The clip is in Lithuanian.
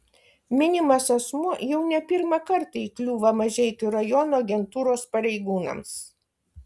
minimas asmuo jau ne pirmą kartą įkliūva mažeikių rajono agentūros pareigūnams